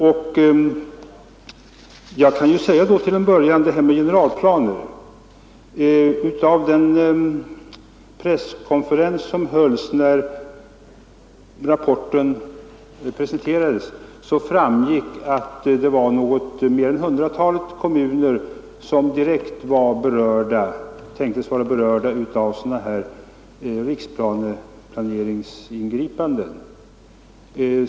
När det gäller detta med generalplaner kan jag till en början säga att av den presskonferens som hölls när rapporten presenterades framgick att det var något mer än hundratalet kommuner som direkt tänktes vara berörda av ingripanden i samband med riksplaneringen.